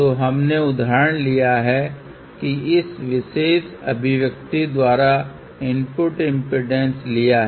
तो हमने उदाहरण लिया है कि इस विशेष अभिव्यक्ति द्वारा इनपुट इम्पीडेन्स लिया है